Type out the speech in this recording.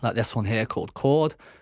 ah this one here called chord.